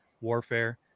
Warfare